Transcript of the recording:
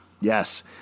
Yes